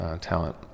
talent